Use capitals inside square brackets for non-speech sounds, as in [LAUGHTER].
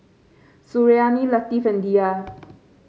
Suriani Latif and Dhia [NOISE]